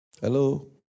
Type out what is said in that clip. Hello